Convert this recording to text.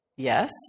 Yes